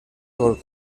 gol